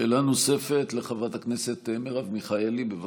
שאלה נוספת, לחברת הכנסת מרב מיכאלי, בבקשה.